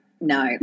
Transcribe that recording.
no